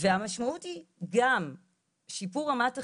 המשמעות היא גם שיפור רמת החיים,